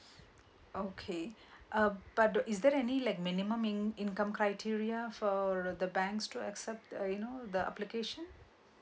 okay uh but is there any like minimum in~ income criteria for the banks to accept uh you know the application